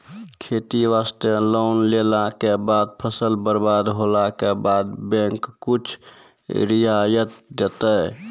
खेती वास्ते लोन लेला के बाद फसल बर्बाद होला के बाद बैंक कुछ रियायत देतै?